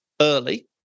early